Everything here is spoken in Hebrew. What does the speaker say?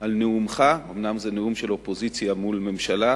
על נאומך, אומנם זה נאום של אופוזיציה מול ממשלה.